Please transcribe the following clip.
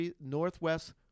Northwest